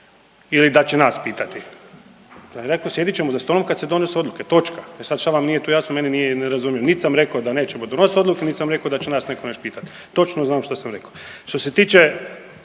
ili da će nas pitati. Reko sjedit ćemo za stolom kad se donose odluke, točka. E sad šta vam tu nije meni nije ne razumije. Nit sam rekao da nećemo donositi odluke nit sam rekao da će nas netko nešto pitat, točno znam što sam rekao.